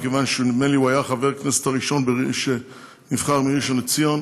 מכיוון שנדמה לי שהוא היה חבר הכנסת הראשון שנבחר מראשון-לציון,